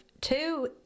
two